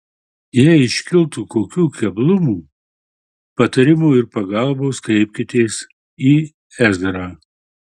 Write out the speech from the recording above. jei iškiltų kokių keblumų patarimo ir pagalbos kreipkitės į ezrą